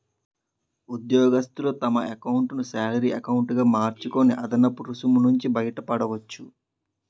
ఉద్యోగస్తులు తమ ఎకౌంటును శాలరీ ఎకౌంటు గా మార్చుకొని అదనపు రుసుము నుంచి బయటపడవచ్చు